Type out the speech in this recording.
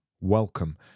welcome